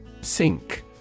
Sink